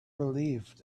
relieved